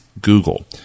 Google